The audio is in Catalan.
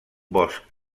bosc